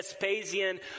Vespasian